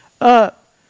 up